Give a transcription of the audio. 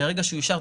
ברגע שזה יאושר,